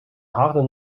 harde